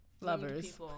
lovers